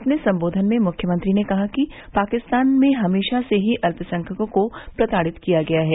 अपने संबोधन में मुख्यमंत्री ने कहा कि पाकिस्तान में हमेशा से ही अल्पसंख्यकों को प्रताड़ित किया गया है